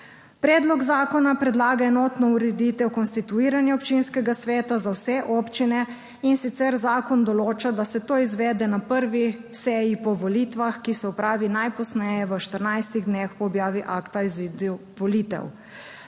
Predlog zakona predlaga enotno ureditev konstituiranja občinskega sveta za vse občine, in sicer zakon določa, da se to izvede na prvi seji po volitvah, ki se opravi najpozneje v 14 dneh po objavi akta o izidu volitev.